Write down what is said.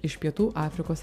iš pietų afrikos